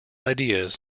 ideas